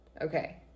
Okay